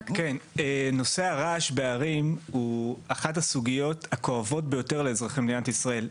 נושא הרעש בערים הוא אחת הסוגיות הכואבות ביותר לאזרחי מדינת ישראל.